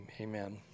amen